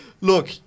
Look